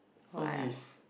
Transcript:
what's this